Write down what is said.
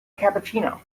cappuccino